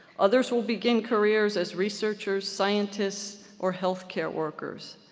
others will begin careers as researchers, scientists, or health care workers.